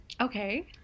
Okay